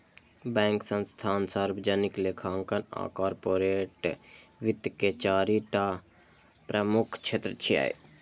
bank, संस्थान, सार्वजनिक लेखांकन आ कॉरपोरेट वित्त के चारि टा प्रमुख क्षेत्र छियै